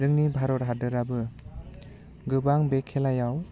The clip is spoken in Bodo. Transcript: जोंनि भारत हादोराबो गोबां बे खेलायाव